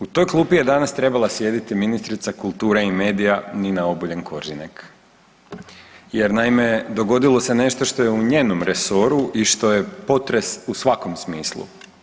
U toj klupi je danas trebala sjediti ministrica kulture i medija Nina Obuljen Koržinek, jer naime dogodilo se nešto što je u njenom resoru i što je potres u svakom smislu.